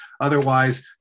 otherwise